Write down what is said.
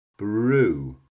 brew